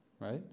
Right